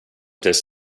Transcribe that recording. this